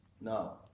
Now